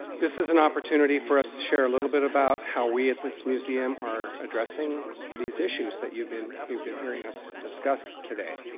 this is an opportunity for us to share a little bit about how we at this museum are addressing these issues that you've been you've been hearing us discuss today.